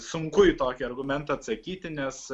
sunku į tokį argumentą atsakyti nes